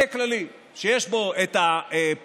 מטה כללי שיש בו את הפיקודים,